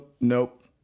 Nope